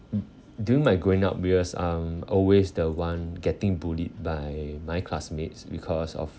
mm during my growing up years I'm always the one getting bullied by my classmates because of